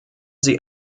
sie